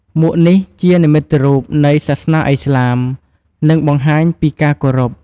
មួកនេះជានិមិត្តរូបនៃសាសនាឥស្លាម និងបង្ហាញពីការគោរព។